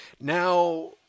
Now